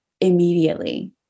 immediately